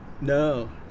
No